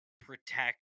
protect